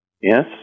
Yes